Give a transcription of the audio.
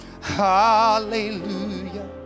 hallelujah